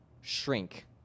shrink